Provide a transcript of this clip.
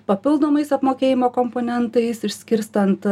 papildomais apmokėjimo komponentais išskirstant